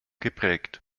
geprägt